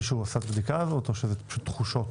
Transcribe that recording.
מישהו עשה את הבדיקה הזאת או שאלה פשוט תחושות?